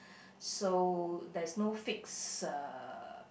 so there's no fixed uh